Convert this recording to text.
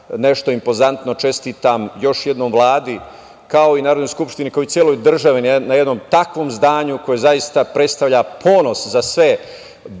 nešto impozantno. Čestitam još jednom Vladi, kao i Narodnoj skupštini, kao i celoj državi na jednom takvom zdanju koje zaista predstavlja ponos za sve